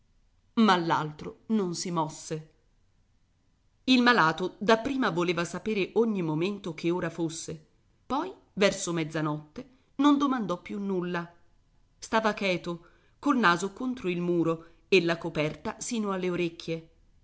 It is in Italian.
ma l'altro non si mosse il malato da prima voleva sapere ogni momento che ora fosse poi verso mezzanotte non domandò più nulla stava cheto col naso contro il muro e la coperta sino alle orecchie